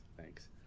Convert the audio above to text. Thanks